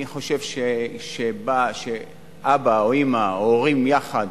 אני חושב שאבא או אמא או הורים יחד